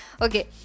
okay